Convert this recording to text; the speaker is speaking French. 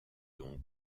dont